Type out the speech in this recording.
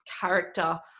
character